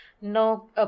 no